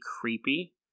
creepy